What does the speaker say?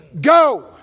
go